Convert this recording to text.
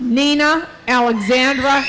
nina alexandra